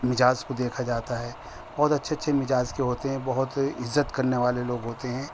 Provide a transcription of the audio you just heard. مزاج کو دیکھا جاتا ہے بہت اچھے اچھے مزاج کے ہوتے ہیں بہت عزت کرنے والے لوگ ہوتے ہیں